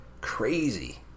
crazy